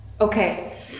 Okay